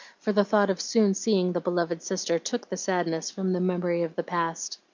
for the thought of soon seeing the beloved sister took the sadness from the memory of the past.